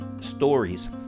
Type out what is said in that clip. stories